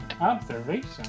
Observation